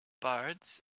Bards